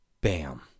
Bam